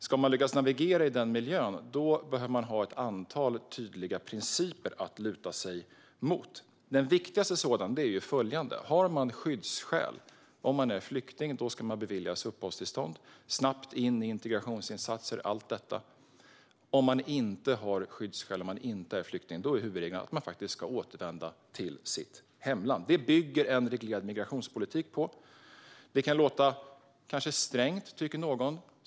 Ska vi lyckas navigera i denna miljö behöver vi ha ett antal tydliga principer att luta oss mot. Den viktigaste är följande: Har man skyddsskäl och är flykting ska man beviljas uppehållstillstånd och snabbt komma in i integrationsinsatser och allt sådant. Har man inte skyddsskäl och inte är flykting är huvudregeln att man ska återvända till sitt hemland. Detta bygger en reglerad migrationspolitik på. Någon kan tycka att detta låter strängt.